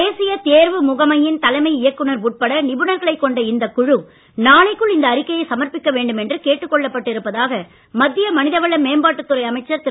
தேசிய தேர்வு முகமையின் தலைமை இயக்குநர் உட்பட நிபுணர்களைக் கொண்ட இந்தக் குழு நாளைக்குள் இந்த அறிக்கையை சமர்ப்பிக்க வேண்டும் என்று கேட்டுக் கொள்ளப்பட்டு இருப்பதாக மத்திய மனிதவள மேம்பாட்டுத் துறை அமைச்சர் திரு